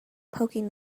poking